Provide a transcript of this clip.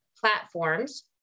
platforms